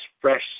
fresh